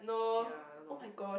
ya I don't know